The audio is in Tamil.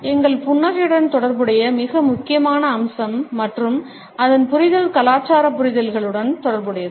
எங்கள் புன்னகையுடன் தொடர்புடைய மிக முக்கியமான அம்சம் மற்றும் அதன் புரிதல் கலாச்சார புரிதல்களுடன் தொடர்புடையது